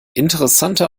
interessante